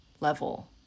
level